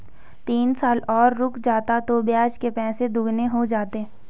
तीन साल और रुक जाता तो ब्याज के पैसे दोगुने हो जाते